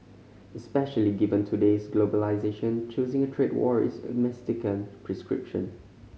especially given today's globalisation choosing a trade war is a mistaken prescription